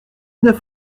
neuf